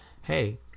Hey